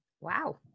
Wow